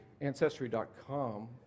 Ancestry.com